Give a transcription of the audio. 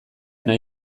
nahi